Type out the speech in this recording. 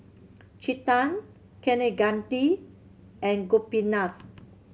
Chetan Kaneganti and Gopinath